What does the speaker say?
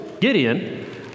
Gideon